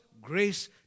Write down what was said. grace